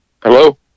hello